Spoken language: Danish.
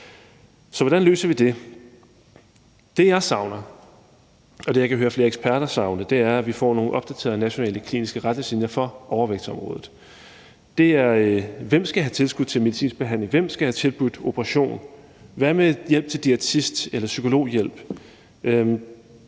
Så hvordan løser vi det? Det, jeg savner, og det, jeg kan høre at flere eksperter savner, er, at vi får nogle opdaterede nationale kliniske retningslinjer for overvægtsområdet. Det er: Hvem skal have tilskud til medicinsk behandling? Hvem skal have tilbudt en operation? Hvad med hjælp til diætist eller psykologhjælp?